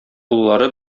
уллары